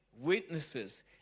witnesses